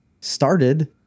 started